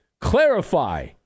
clarify